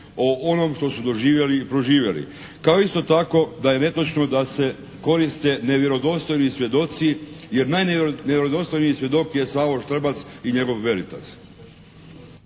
o onom što su doživjeli i proživjeli, kao isto tako da je netočno da se koriste nevjerodostojni svjedoci, jer najvjerodostojnih svjedok je Slavo Štrbac i njegov Veritas.